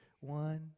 One